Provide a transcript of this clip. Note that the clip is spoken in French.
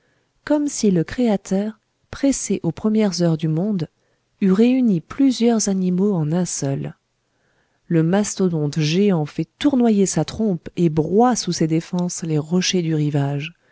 comme si le créateur pressé aux premières heures du monde eût réuni plusieurs animaux en un seul le mastodonte géant fait tournoyer sa trompe et broie sous ses défenses les rochers du rivage